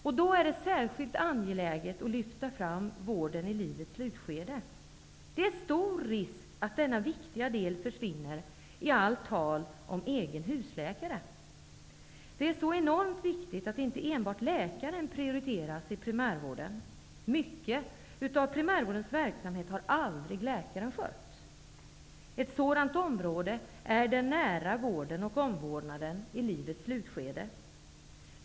Det är därför särskilt angeläget att man lyfter fram frågan om vården i livets slutskede. Det är stor risk att denna viktiga del försvinner i allt tal om egen husläkare. Det är enormt viktigt att inte enbart läkaren prioriteras i primärvården. Mycket av primärvårdens verksamhet har läkaren aldrig skött. Ett sådant område är den nära vården och omvårdnaden i livets slutskede.